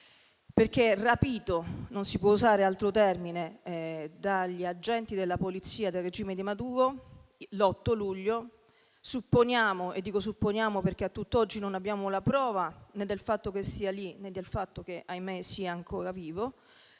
perché, rapito (non si può usare altro termine) dagli agenti della polizia del regime di Maduro l'8 luglio, supponiamo - e dico supponiamo perché a tutt'oggi non abbiamo la prova né del fatto che sia lì, né del fatto che, ahimè, sia ancora vivo